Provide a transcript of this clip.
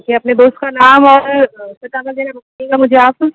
ठीक है अपने दोस्त का नाम और पता वगैरह बताईएगा मुझे आप